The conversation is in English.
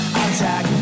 attack